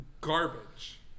garbage